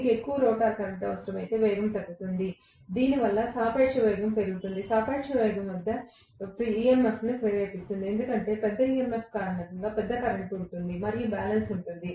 దీనికి ఎక్కువ rotor current అవసరమైతే వేగం తగ్గుతుంది దీనివల్ల సాపేక్ష వేగం పెరుగుతుంది సాపేక్ష వేగం పెద్ద EMF ని ప్రేరేపిస్తుంది ఎందుకంటే పెద్ద EMF కారణంగా పెద్ద కరెంట్ ఉంటుంది మరియు బ్యాలెన్స్ ఉంటుంది